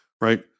right